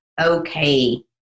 okay